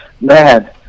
man